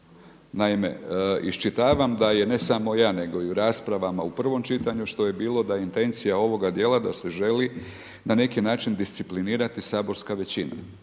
Naime, iščitavam da je ne samo ja nego i u raspravama u prvom čitanju što je bilo da je intencija ovoga dijela da se želi na neki način disciplinirati saborska većina.